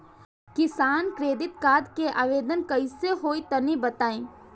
किसान credit card के आवेदन कईसे होई तनि बताई?